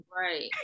right